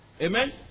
Amen